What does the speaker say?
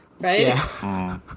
right